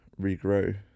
regrow